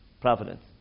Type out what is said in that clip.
providence